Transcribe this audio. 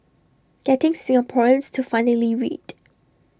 getting Singaporeans to finally read